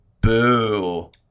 Boo